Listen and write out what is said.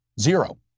zero